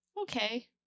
Okay